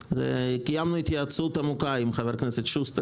קיימנו התייעצות עמוקה עם חבר הכנסת שוסטר